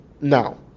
Now